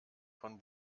von